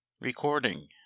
Recording